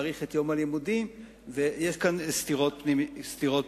מאריכה את יום הלימודים ויש כאן סתירות פנימיות.